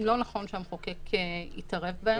שלא נכון שהמחוקק יתערב בהם.